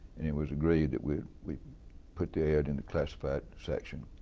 and it was agreed that we'd we'd put the ad in the classifieds section,